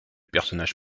personnage